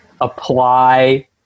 apply